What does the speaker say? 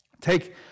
Take